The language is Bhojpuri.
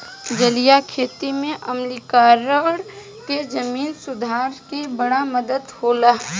जलीय खेती में आम्लीकरण के जमीन सुधार में बड़ा मदद होला